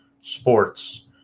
sports